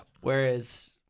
Whereas